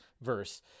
verse